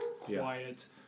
quiet